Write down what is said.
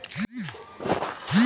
निवेश के कितने प्रकार होते हैं?